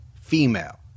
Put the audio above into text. female